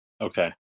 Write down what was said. Okay